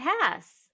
pass